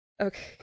Okay